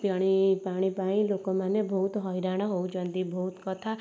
ପେଣି ପାଣି ପାଇଁ ଲୋକମାନେ ବହୁତ ହଇରାଣ ହଉଛନ୍ତି ବହୁତ କଥା